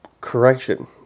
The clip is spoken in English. correction